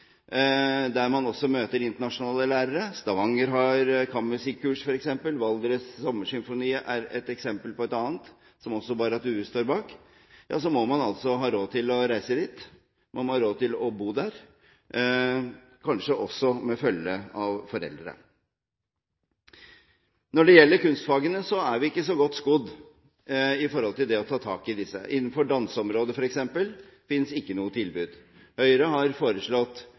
der man også møter internasjonale lærere – Stavanger kammermusikkurs og Valdres Sommersymfoni, som også Barrat Due står bak, er eksempler – må man ha råd til å reise dit, man må ha råd til å bo der, kanskje også med følge av foreldre. Når det gjelder kunstfagene, er vi ikke så godt skodd i forhold til å ta tak i disse. Innenfor danseområdet, f.eks., finnes det ikke noe tilbud. Høyre har foreslått